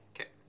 Okay